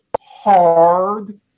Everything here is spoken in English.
hard